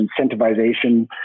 incentivization